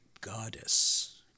goddess